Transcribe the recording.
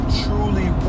truly